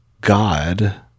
God